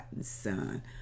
son